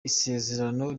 isezerano